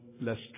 less